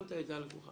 שמת את זה על השולחן.